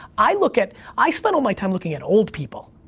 i look at, i spend all my time looking at old people.